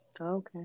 Okay